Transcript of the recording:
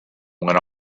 went